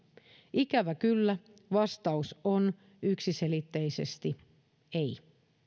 ikävä kyllä vastaus on yksiselitteisesti ei